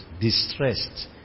distressed